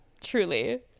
truly